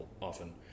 often